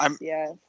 Yes